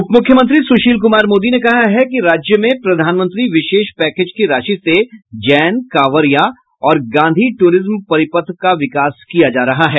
उप मुख्यमंत्री सुशील कुमार मोदी ने कहा है कि राज्य में प्रधानमंत्री विशेष पैकेज की राशि से जैन कांवरिया और गांधी टूरिज्म परिपथ का विकास किया जा रहा है